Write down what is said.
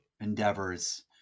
endeavors